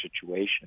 situation